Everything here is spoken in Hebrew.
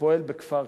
שפועל בכפר-קאסם.